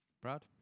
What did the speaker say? Brad